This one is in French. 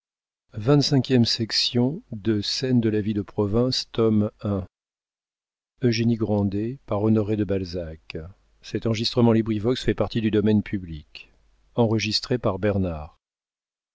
de scène de la vie de province tome i author honoré de balzac